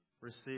Receive